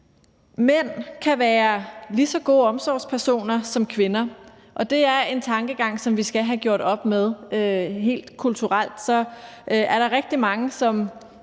Mænd kan ikke være lige så gode omsorgspersoner som kvinder – det er en tankegang, som vi skal have gjort op med. Rent kulturelt er der rigtig mange, som